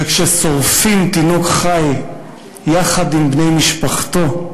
וכששורפים תינוק חי יחד עם בני משפחתו,